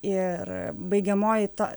ir baigiamoji ta